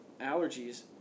allergies